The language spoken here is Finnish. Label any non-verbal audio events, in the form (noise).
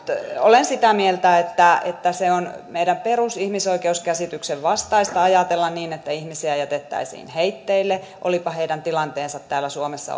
olen sitä mieltä että että on meidän perusihmisoikeuskäsityksen vastaista ajatella niin että ihmisiä jätettäisiin heitteille olipa heidän tilanteensa täällä suomessa (unintelligible)